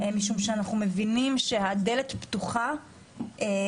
אנחנו מבינים שהדלת פתוחה,